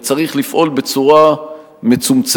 וצריך לפעול בצורה מצומצמת,